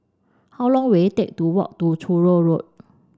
how long will it take to walk to Truro Road